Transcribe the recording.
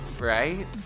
right